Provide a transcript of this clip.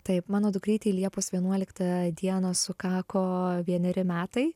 taip mano dukrytei liepos vienuoliktą dieną sukako vieneri metai